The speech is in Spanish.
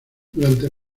durante